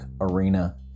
arena